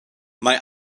mae